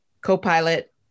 co-pilot